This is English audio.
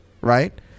right